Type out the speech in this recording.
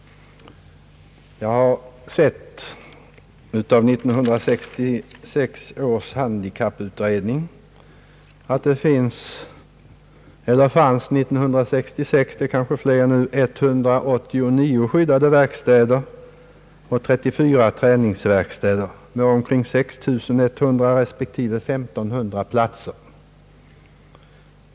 Jag har sett av 1966 års handikapputredning att det år 1966 fanns 189 skyddade verkstäder och 34 träningsverkstäder med omkring 6 100 respektive 1500 platser. Det är kanske flera nu.